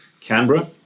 Canberra